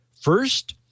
First